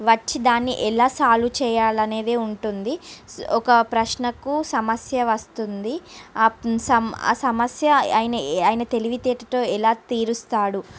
వచ్చి దాన్ని ఎలా సాల్వ్ చేయాలి అనేది ఉంటుంది ఒక ప్రశ్నకు సమస్య వస్తుంది ఆ సమ ఆ సమస్య ఆయన ఆయన తెలివితేటతో ఎలా తీరుస్తాడు